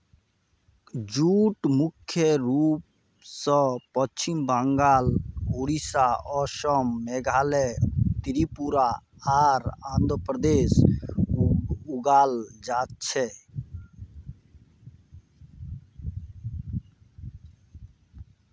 jute मुख्य रूप स पश्चिम बंगाल, ओडिशा, असम, मेघालय, त्रिपुरा आर आंध्र प्रदेशत उगाल जा छेक